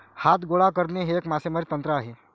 हात गोळा करणे हे एक मासेमारी तंत्र आहे